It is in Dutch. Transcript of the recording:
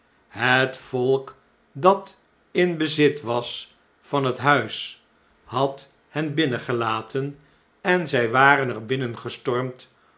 het volk dat in bezit was van het huis had hen binnengelaten en zjj waren er binnengestormd